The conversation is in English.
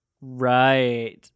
Right